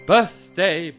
Birthday